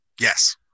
yes